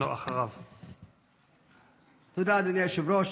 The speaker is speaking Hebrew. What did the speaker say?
תודה, אדוני היושב-ראש.